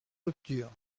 rupture